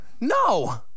no